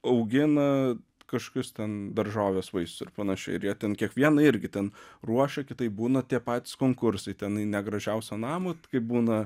augina kažkokius ten daržoves vaisius ir panašiai ir jie ten kiekvieną irgi ten ruošia kitaip būna tie patys konkursai tenai ne gražiausio namo kaip būna